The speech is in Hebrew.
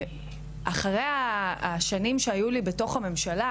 אחרי השנים שהיו לי בתוך הממשלה,